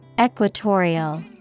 Equatorial